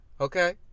Okay